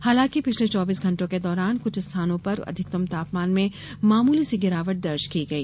हालांकि पिछले चौबीस घण्टों के दौरान कुछ स्थानों पर अधिकतम तापमान में मामूली सी गिरावट दर्ज की गई